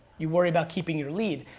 you worry about keeping your lead.